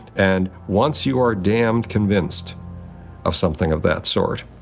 and once you are damn convinced of something of that sort,